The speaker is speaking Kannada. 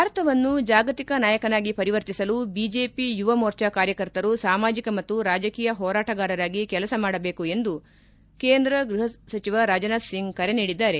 ಭಾರತವನ್ನು ಜಾಗತಿಕ ನಾಯಕನಾಗಿ ಪರಿವರ್ತಿಸಲು ಬಿಜೆಪಿ ಯುವ ಮೋರ್ಚಾ ಕಾರ್ಯಕರ್ತರು ಸಾಮಾಜಿಕ ಮತ್ತು ರಾಜಕೀಯ ಹೋರಾಟಗಾರರಾಗಿ ಕೆಲಸ ಮಾಡಬೇಕು ಎಂದು ಕೇಂದ್ರ ಗೃಹ ಸಚಿವ ರಾಜನಾಥ್ ಸಿಂಗ್ ಕರೆ ನೀಡಿದ್ದಾರೆ